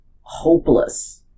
hopeless